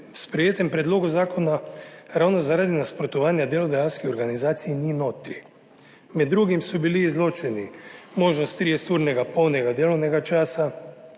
sprejetem predlogu zakona ravno zaradi nasprotovanja delodajalskih organizacij ni notri. Med drugim so bili izločeni možnost 30-urnega polnega delovnega časa,